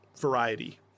variety